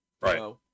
Right